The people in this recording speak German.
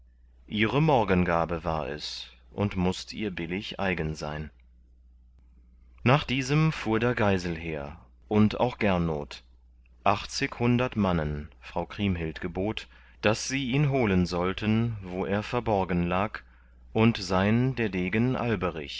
ihre morgengabe war es und mußt ihr billig eigen sein nach diesem fuhr da geiselher und auch gernot achtzighundert mannen frau kriemhild gebot daß sie ihn holen sollten wo er verborgen lag und sein der degen alberich